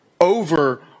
over